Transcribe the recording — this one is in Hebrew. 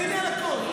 אני אענה על הכול.